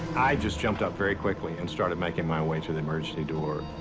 i just jumped up very quickly and started making my way to the emergency door.